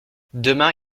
demain